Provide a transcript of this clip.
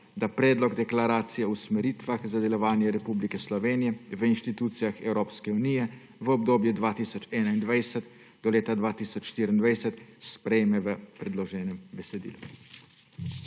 da Predlog deklaracije o usmeritvah za delovanje Republike Slovenije v institucijah Evropske unije v obdobju 2021–2024 sprejme v predloženem besedilu.